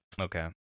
okay